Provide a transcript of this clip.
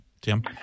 Tim